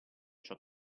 ciò